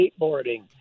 skateboarding